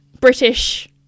British